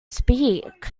speak